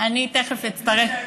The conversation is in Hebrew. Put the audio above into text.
אני תכף אצטרף,